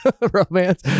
romance